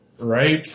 right